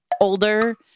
older